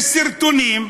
יש סרטונים,